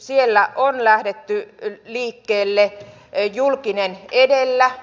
siellä on lähdetty liikkeelle julkinen edellä